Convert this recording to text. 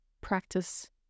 practice